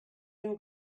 and